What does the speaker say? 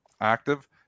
active